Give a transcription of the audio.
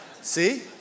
See